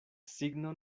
signo